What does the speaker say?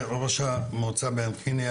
תודה רבה לראש המועצה בעין קניה,